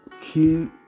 kill